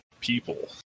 people